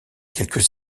quelques